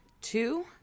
two